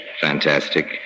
fantastic